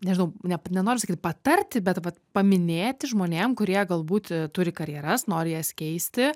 nežinau nep nenoriu sakyt patarti bet vat paminėti žmonėm kurie galbūt turi karjeras nori jas keisti